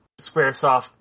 Squaresoft